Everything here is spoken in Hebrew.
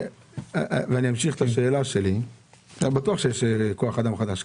אני בטוח שיש כוח אדם חדש.